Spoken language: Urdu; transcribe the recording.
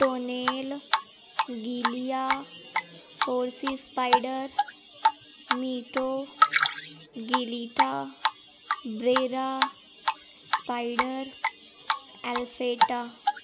ٹونیل گلیا فورسی اسپائڈر میٹو گلیٹا برییرا اسپائڈر الفیٹا